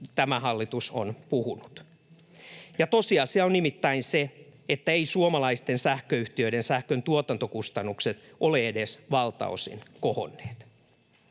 tämä hallitus on puhunut. Tosiasia on nimittäin se, etteivät suomalaisten sähköyhtiöiden sähköntuotantokustannukset ole edes valtaosin kohonneet.